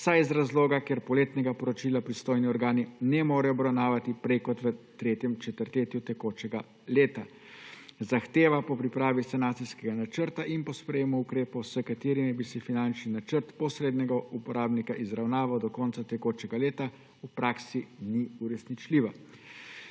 zavarovanje, ker polletnega poročila pristojni organi ne more obravnavati prej kot v tretjem četrtletju tekočega dela. Zahteva po pripravi sanacijskega načrta in po sprejetju ukrepov, s katerimi bi se finančni načrt posrednega uporabnika izravnaval do konca tekočega leta, v praksi ni uresničljiva.